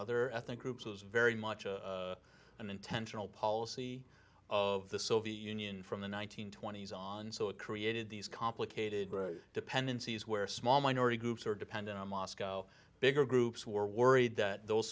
other ethnic groups was very much a an intentional policy of the soviet union from the one nine hundred twenty s on so it created these complicated dependencies where small minority groups are dependent on moscow bigger groups were worried that those